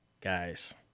guys